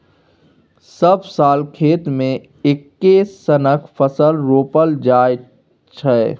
सब साल खेत मे एक्के सनक फसल रोपल जाइ छै